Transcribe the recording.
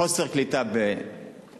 חוסר קליטה בערבה,